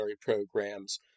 programs